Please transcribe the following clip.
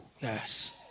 Yes